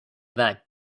that